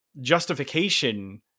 justification